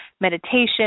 meditation